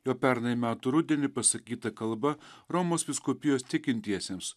jo pernai metų rudenį pasakyta kalba romos vyskupijos tikintiesiems